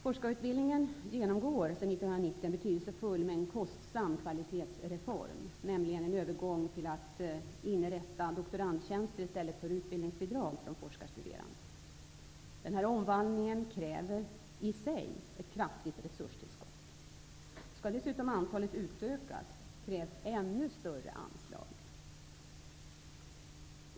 Forskarutbildningen genomgår sedan 1990 en betydelsefull men kostsam kvalitetsreform, nämligen en övergång till inrättandet av doktorandtjänster i stället för utbildningsbidrag för de forskarstuderande. Denna omvandling kräver i sig ett kraftigt resurstillskott. Om antalet dessutom skall utökas krävs ännu större anslag.